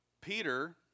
Peter